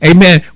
Amen